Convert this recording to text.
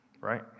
right